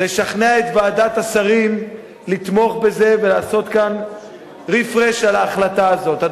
לשכנע את ועדת השרים לתמוך בזה ולעשות כאן refresh על ההחלטה הזאת.